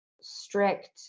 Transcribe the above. strict